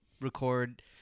record